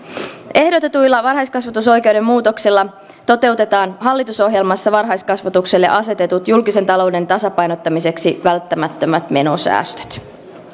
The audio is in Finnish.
ehdotetulla varhaiskasvatusoikeuden muutoksella toteutetaan hallitusohjelmassa varhaiskasvatukselle asetetut julkisen talouden tasapainottamiseksi välttämättömät menosäästöt